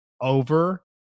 over